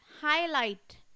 highlight